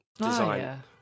design